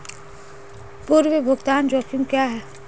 पूर्व भुगतान जोखिम क्या हैं?